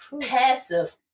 Passive